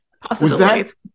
possibilities